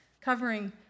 covering